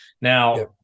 now